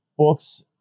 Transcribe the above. Books